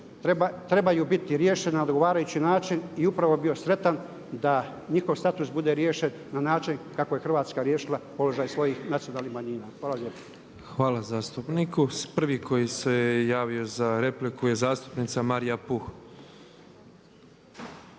trebaju biti riješena na odgovarajući način i upravo bih bio sretan da njihov status bude riješen na način kako je Hrvatska riješila položaj svojih nacionalnih manjina. Hvala lijepo. **Petrov, Božo (MOST)** Hvala zastupniku. Prvi koji se javio za repliku je zastupnica Marija Puh.